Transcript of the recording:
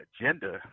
agenda